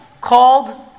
called